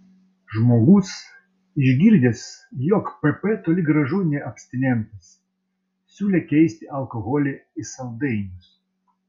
žmogus išgirdęs jog pp toli gražu ne abstinentas siūlė keisti alkoholį į saldainius